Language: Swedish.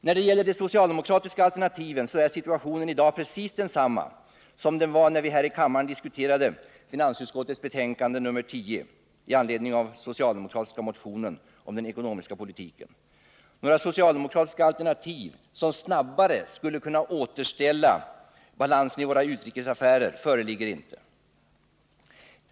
När det gäller de socialdemokratiska alternativen är situationen i dag precis densamma som den var när vi här i kammaren diskuterade finansutskottets betänkande nr 10 med anledning av den socialdemokratiska motionen om den ekonomiska politiken. Några socialdemokratiska alternativ som snabbare skulle kunna återställa balansen i våra utrikesaffärer föreligger inte.